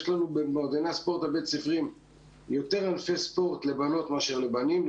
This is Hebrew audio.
יש לנו במועדוני הספורט הבית ספריים יותר ענפי ספורט לבנות מאשר לבנים.